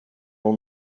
all